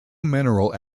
mineral